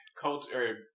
culture